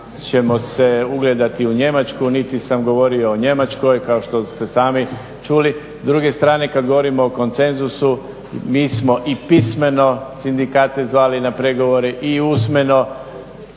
ćemo se ugledati u Njemačku, niti sam govorio o Njemačkoj, kao što ste sami čuli. S druge strane kada govorimo o konsenzusu, mi smo i pismeno sindikate zvali na pregovore i usmeno,